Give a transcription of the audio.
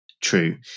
true